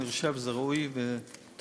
אני חושב שזה ראוי וטוב.